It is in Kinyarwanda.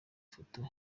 foto